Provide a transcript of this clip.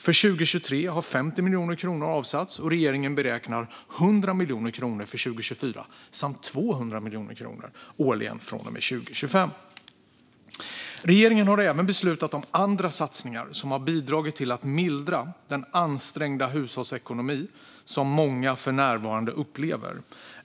För 2023 har 50 miljoner kronor avsatts, och regeringen beräknar 100 miljoner kronor för 2024 samt 200 miljoner kronor årligen från och med 2025. Regeringen har även beslutat om andra satsningar som har bidragit till att mildra den situation med ansträngd hushållsekonomi som många för närvarande upplever.